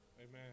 Amen